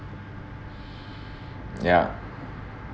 ya